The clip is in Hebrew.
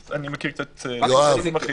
אז אני מכיר קצת נתונים אחרים.